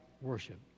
worship